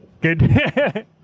Good